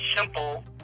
simple